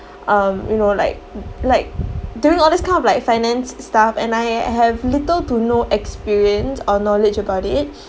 um you know like like doing all this kind of like finance stuff and I have little to no experience or knowledge about it